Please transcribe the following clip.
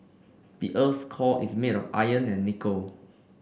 the earth's core is made of iron and nickel